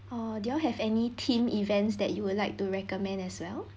or do you all have any team events that you would like to recommend as well